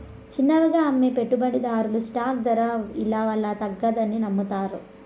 చిన్నవిగా అమ్మే పెట్టుబడిదార్లు స్టాక్ దర ఇలవల్ల తగ్గతాదని నమ్మతారు